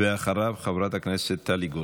ואחריו, חברת הכנסת טלי גוטליב.